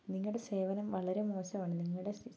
നിങ്ങടെ സേവനം വളരേ മോശമാണ് നിങ്ങളുടെ